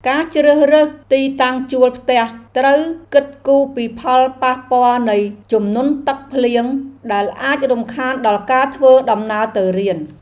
ការជ្រើសរើសទីតាំងជួលផ្ទះត្រូវគិតគូរពីផលប៉ះពាល់នៃជំនន់ទឹកភ្លៀងដែលអាចរំខានដល់ការធ្វើដំណើរទៅរៀន។